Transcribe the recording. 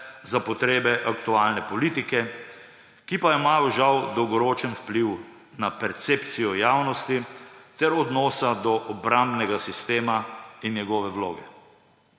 za potrebe aktualne politike, ki pa imajo žal dolgoročen vpliv na percepcijo javnosti ter odnosa do obrambnega sistema in njegove vloge.